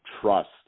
trust